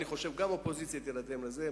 אני חושב שגם האופוזיציה תירתם לזה,